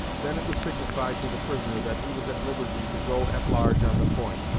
then it was signified to the prisoner that he was at liberty to go at large on the point,